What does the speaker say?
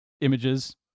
images